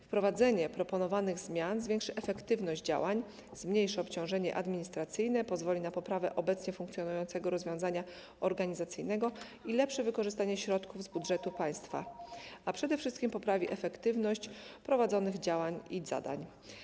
Wprowadzenie proponowanych zmian zwiększy efektywność działań, zmniejszy obciążenie administracyjne, pozwoli na poprawę obecnie funkcjonującego rozwiązania organizacyjnego i lepsze wykorzystanie środków z budżetu państwa, a przede wszystkim poprawi efektywność prowadzonych działań i zadań.